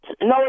no